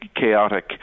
chaotic